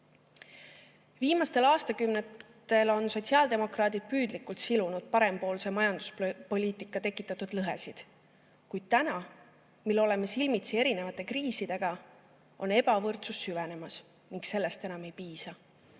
käes. Viimastel aastakümnetel on sotsiaaldemokraadid püüdlikult silunud parempoolse majanduspoliitika tekitatud lõhesid, kuid täna, mil oleme silmitsi erinevate kriisidega, on ebavõrdsus süvenemas ning sellest enam ei piisa.